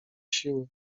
siły